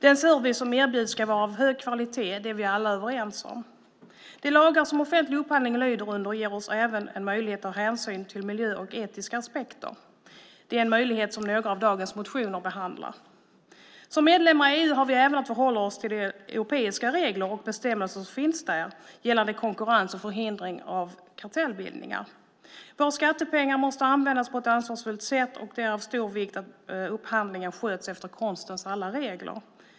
Den service som erbjuds ska vara av hög kvalitet. Det är vi alla överens om. De lagar som den offentliga upphandlingen lyder under ger oss även en möjlighet att ta hänsyn till miljö och etiska aspekter. Det är en möjlighet som några av dagens motioner behandlar. Som medlemmar i EU har vi även att förhålla oss till de europeiska regler och bestämmelser som finns där gällande konkurrens och förhindrande av kartellbildningar. Våra skattepengar måste användas på ett ansvarsfullt sätt, och det är av stor vikt att upphandlingen sköts efter konstens alla regler.